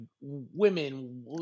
women